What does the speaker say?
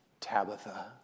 Tabitha